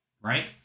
right